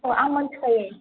अ आं मोनथिखायो